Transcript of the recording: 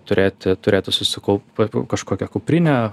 turėti turėti susikaupę kažkokią kuprinę